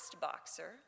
boxer